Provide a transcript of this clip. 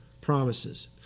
promises